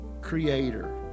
creator